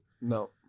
No